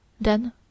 Then